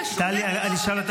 בשונה מראש הממשלה,